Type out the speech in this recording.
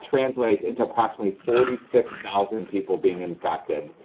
translates into approximately forty six thousand people being infected,